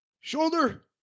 shoulder